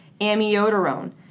amiodarone